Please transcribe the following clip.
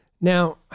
Now